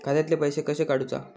खात्यातले पैसे कशे काडूचा?